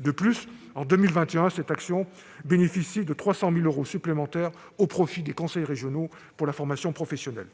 De plus, en 2021, cette action bénéficie de 300 000 euros supplémentaires au profit des conseils régionaux pour la formation professionnelle.